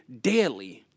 daily